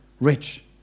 rich